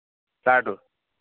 flat